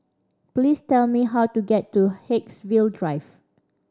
please tell me how to get to Haigsville Drive